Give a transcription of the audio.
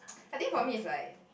I think for me is like